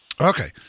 Okay